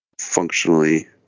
functionally